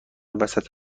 وسط